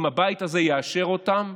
אם הבית הזה יאשר אותם,